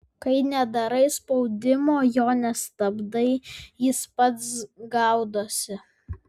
kai nedarai spaudimo jo nestabdai jis pats gaudosi